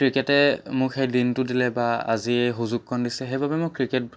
ক্ৰিকেটে মোক সেই দিনটো দিলে বা আজি এই সুযোগকণ দিছে সেইবাবে মই ক্ৰিকেট